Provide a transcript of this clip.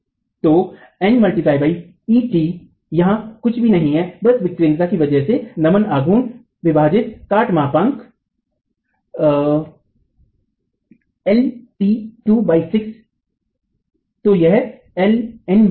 तो N x et यहाँ कुछ भी नहीं है बस विकेंद्रिता की वजह से नमन आघूर्ण विभाजित काट मापांक lt26तो यह Nltहै